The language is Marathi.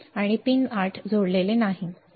आणि पिन 8 जोडलेले नाही